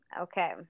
okay